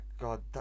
God